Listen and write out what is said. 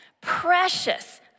precious